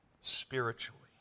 spiritually